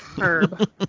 herb